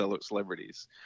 celebrities